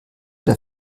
der